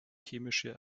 chemische